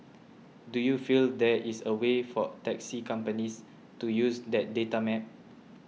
do you feel there is a way for taxi companies to use that data map